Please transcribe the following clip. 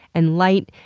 and light,